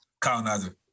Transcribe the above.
colonizer